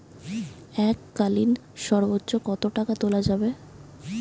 এককালীন সর্বোচ্চ কত টাকা তোলা যাবে?